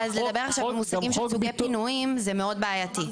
אז לדבר עכשיו במושגים של סוגי פינויים זה מאוד בעייתי.